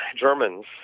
Germans